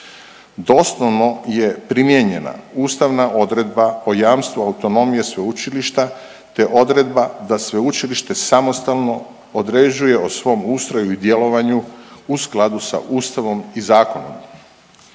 Doslovno je primijenjena ustavna odredba o jamstvu autonomije sveučilišta, te odredba da sveučilište samostalno određuje o svom ustroju i djelovanju u skladu sa Ustavom i zakonom.